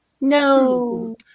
No